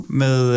med